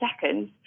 seconds